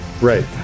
right